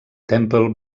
temple